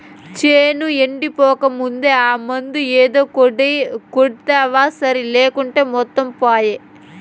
చేను ఎండిపోకముందే ఆ మందు ఏదో కొడ్తివా సరి లేకుంటే మొత్తం పాయే